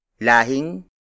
Lahing